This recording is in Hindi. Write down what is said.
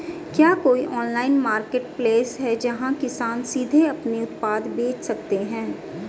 क्या कोई ऑनलाइन मार्केटप्लेस है जहां किसान सीधे अपने उत्पाद बेच सकते हैं?